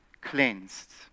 Cleansed